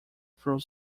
through